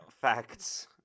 facts